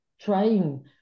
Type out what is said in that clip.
trying